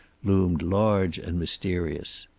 loomed large and mysterious.